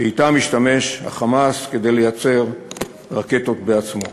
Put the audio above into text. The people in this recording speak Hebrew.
שבהם ה"חמאס" משתמש כדי לייצר רקטות בעצמו.